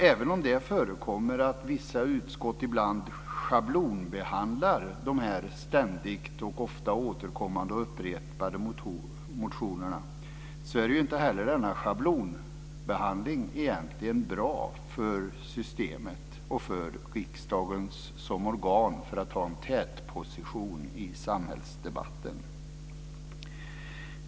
Även om det förekommer att vissa utskott ibland schablonbehandlar dessa ständigt och ofta återkommande upprepade motionerna är heller inte denna schablonbehandling bra för systemet och för riksdagen som ett organ för att ta en tätposition i samhällsdebatten.